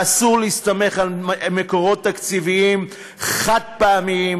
ואסור להסתמך על מקורות תקציביים חד-פעמיים